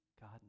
God